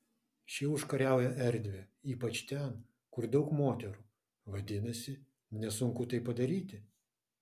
šie užkariauja erdvę ypač ten kur daug moterų vadinasi nesunku tai padaryti